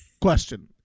Question